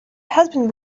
husband